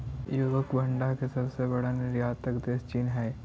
औद्योगिक भांड के सबसे बड़ा निर्यातक देश चीन हई